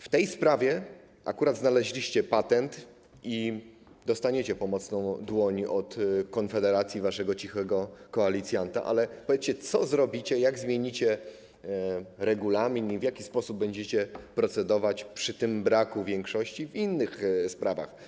W tej sprawie akurat znaleźliście patent i dostaniecie pomocną dłoń od Konfederacji, waszego cichego koalicjanta, ale powiedzcie, co zrobicie, jak zmienicie regulamin i w jaki sposób będziecie procedować przy tym braku większości nad innymi sprawami.